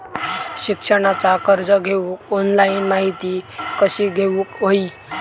शिक्षणाचा कर्ज घेऊक ऑनलाइन माहिती कशी घेऊक हवी?